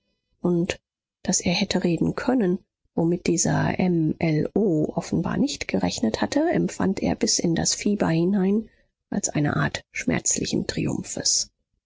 und daß er hätte reden können womit dieser m l o offenbar nicht gerechnet hatte empfand er bis in das fieber hinein als eine art schmerzlichen triumphes